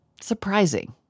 surprising